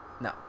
No